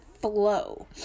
flow